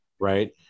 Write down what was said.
right